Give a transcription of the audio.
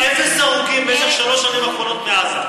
למה יש לך אפס הרוגים במשך שלוש השנים האחרונות מעזה?